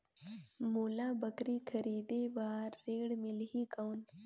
मोला बकरी खरीदे बार ऋण मिलही कौन?